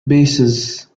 basis